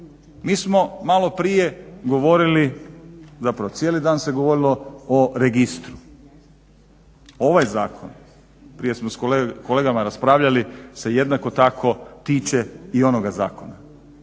Mi smo malo prije govorili zapravo cijeli dan se govorilo o registru. Ovaj zakon prije smo s kolegama raspravljali se jednako tako tiče i onoga zakona,